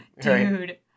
Dude